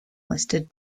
listed